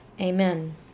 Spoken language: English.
amen